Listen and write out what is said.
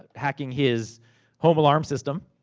ah hacking his home alarm system.